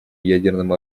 ядерным